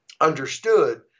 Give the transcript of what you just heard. understood